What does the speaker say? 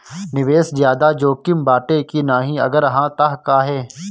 निवेस ज्यादा जोकिम बाटे कि नाहीं अगर हा तह काहे?